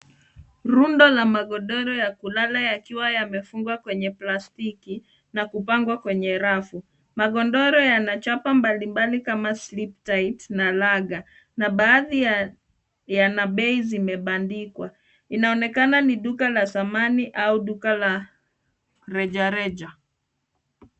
Rundo ya magoro ya kulala yakiwa yamefungwa kwenye plastiki na kupangwa kwenye rafu, magodoro yana chapa mbalimbali kama sleeptight na laga, baadhi yana bei zimebandikwa, inaonekana ni duka la zamani au duka la rejareja.